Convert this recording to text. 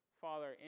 Father